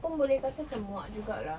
pun boleh kata macam muak juga lah